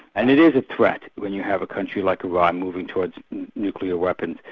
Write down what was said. and it is a threat when you have a country like iran moving towards nuclear weapons.